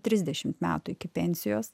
trisdešimt metų iki pensijos